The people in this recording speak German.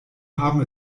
haben